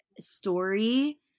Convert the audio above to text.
story